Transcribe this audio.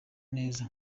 neza